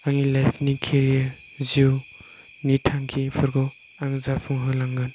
आंनि लाइफ नि केरियार जिउनि थांखिफोरखौ आं जाफुं होलांगोन